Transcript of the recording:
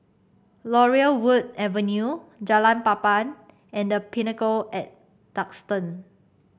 Laurel Wood Avenue Jalan Papan and The Pinnacle at Duxton